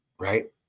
right